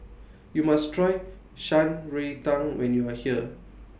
YOU must Try Shan Rui Tang when YOU Are here